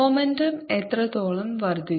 momentum എത്രത്തോളം വർധിച്ചു